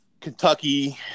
Kentucky